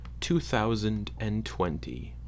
2020